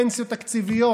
פנסיות תקציביות.